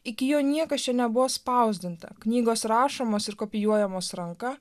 iki jo niekas čia nebuvo spausdinta knygos rašomos ir kopijuojamos ranka